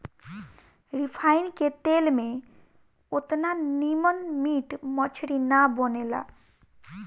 refine के तेल में ओतना निमन मीट मछरी ना बनेला